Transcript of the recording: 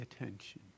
attention